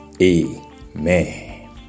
Amen